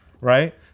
Right